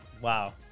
Wow